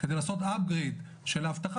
כדי לעשות apgreid של האבטחה,